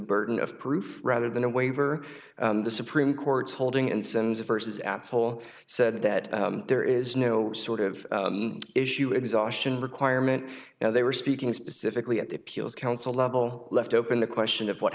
burden of proof rather than a waiver the supreme court's holding in sends vs apps whole said that there is no sort of issue exhaustion requirement now they were speaking specifically at the appeals council level left open the question of what